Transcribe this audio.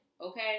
okay